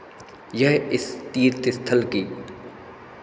यह इस तीर्थ स्थल की